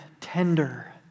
tender